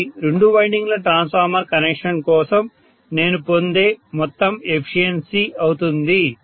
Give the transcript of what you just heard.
ఇది రెండు వైండింగ్ల ట్రాన్స్ఫార్మర్ కనెక్షన్ కోసం నేను పొందే మొత్తం ఎఫిషియన్సీ అవుతుంది